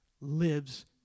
lives